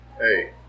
Hey